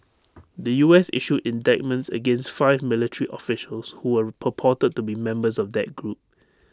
the U S issued indictments against five military officials who were purported to be members of that group